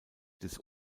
des